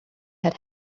had